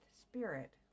spirit